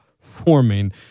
forming